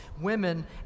women